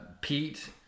Pete